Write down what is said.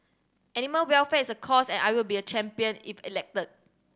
animal welfare is a cause and I will be a champion if elected